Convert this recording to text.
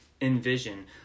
envision